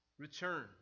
Return